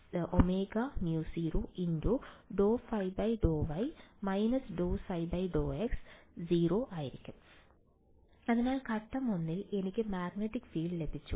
അതിനാൽ H→ jωμ0∂ϕ∂y− ∂ϕ∂x0 അതിനാൽ ഘട്ടം 1 ൽ എനിക്ക് മാഗ്നെറ്റിക് ഫീൽഡ് ലഭിച്ചു